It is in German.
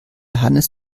hannes